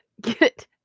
get